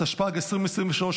התשפ"ד 2024,